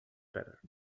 better